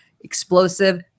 Explosive